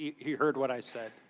he heard what i said.